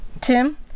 Tim